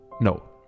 No